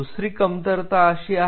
दुसरी कमतरता अशी आहे